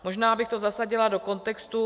Možná bych to zasadila do kontextu.